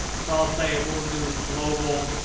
so, i'll say we'll do global